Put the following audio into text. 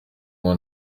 ngo